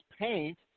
paint